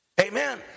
Amen